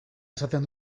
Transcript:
esaten